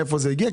מאיפה זה הגיע,